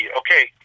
okay